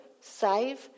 save